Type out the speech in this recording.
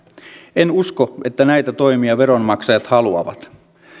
en usko että näitä toimia veronmaksajat haluavat